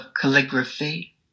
calligraphy